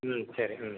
ம் சரி ம்